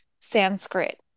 Sanskrit